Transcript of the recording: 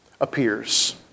appears